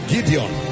Gideon